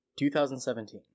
2017